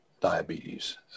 diabetes